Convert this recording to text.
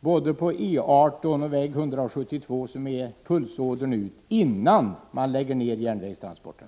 både av E 18 och av väg 172, som är pulsådern ut, innan man lägger ned järnvägstransporterna.